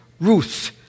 Ruth